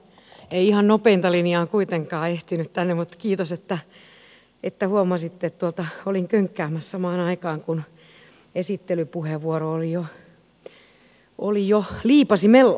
ei ihan nopeinta linjaa kuitenkaan ehtinyt tänne mutta kiitos että huomasitte että olin könkkäämässä samaan aikaan kun esittelypuheenvuoro oli jo liipaisimella